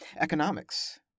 Economics